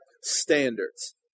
standards